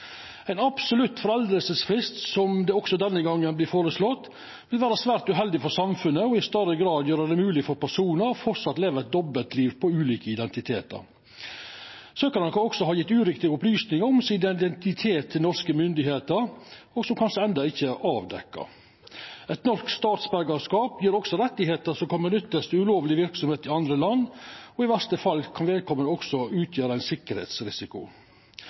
Ein absolutt foreldingsfrist, som også denne gongen vert føreslått, vil vera svært uheldig for samfunnet og i større grad gjera det mogleg for personar å fortsetja å leva eit dobbeltliv på ulike identitetar. Søkjarane kan også ha gjeve norske myndigheiter urette opplysningar om identiteten sin som kanskje enno ikkje er avdekte. Eit norsk statsborgarskap gjev også rettar som kan nyttast til ulovleg verksemd i andre land, og i verste fall kan vedkomande også utgjera ein sikkerheitsrisiko.